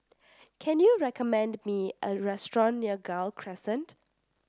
can you recommend me a restaurant near Gul Crescent